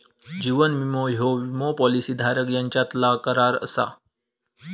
जीवन विमो ह्यो विमो पॉलिसी धारक यांच्यातलो करार असा